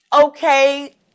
okay